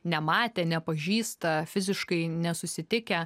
nematė nepažįsta fiziškai nesusitikę